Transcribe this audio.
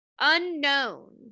unknown